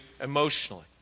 emotionally